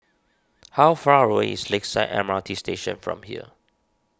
how far away is Lakeside M R T Station from here